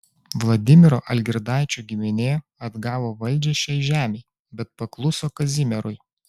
vladimiro algirdaičio giminė atgavo valdžią šiai žemei bet pakluso kazimierui